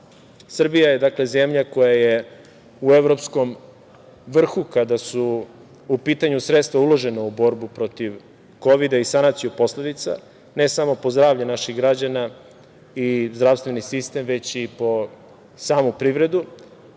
Srbija je, dakle, zemlja koja je u evropskom vrhu kada su u pitanju sredstva uložena u borbu protiv Kovida i sanaciju posledica, ne samo po zdravlje naših građana i zdravstveni sistem, već i po samu privredu.